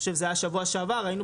אני חושב שזה היה בשבוע שעבר - היינו